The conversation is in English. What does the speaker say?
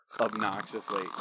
obnoxiously